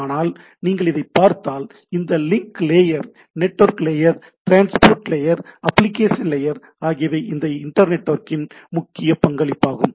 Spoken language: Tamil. ஆனால் நீங்கள் இதைப் பார்த்தால் இந்த link layer network layer transport layer application layer ஆகியவை இந்த இன்டர் நெட்வொர்க்கிங் ன் முக்கிய பங்களிப்பாகும்